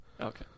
Okay